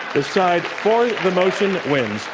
the side for the motion wins.